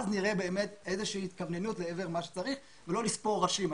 אז נראה באמת איזושהי התכווננות לעבר מה שצריך ולא לספור ראשים.